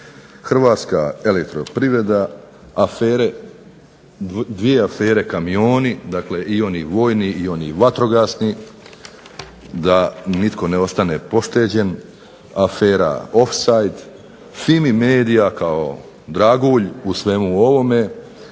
Hrvatska elektroprivreda, afere, dvije afere "Kamioni" i vojni i vatrogasni, da nitko ne ostane pošteđen, afera "ofsajd", Fimi media kao dragulj u svemu ovome,